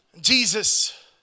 Jesus